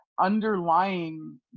Underlying